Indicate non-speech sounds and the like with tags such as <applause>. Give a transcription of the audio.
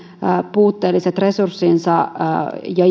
puutteelliset resurssinsa ja <unintelligible>